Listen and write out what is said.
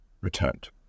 returned